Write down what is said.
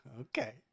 Okay